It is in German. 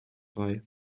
frei